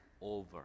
over